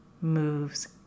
moves